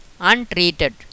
untreated